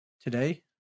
Today